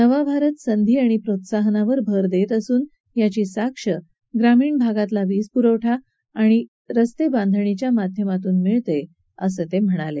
नवा भारत संधी आणि प्रोत्साहनावर भर देत असून यांची साक्ष ग्रामीण भागतला वीजपुरवठा आणि रस्तेबांधणीच्या माध्यमातून मिळते ते म्हणाले